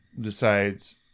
decides